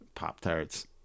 pop-tarts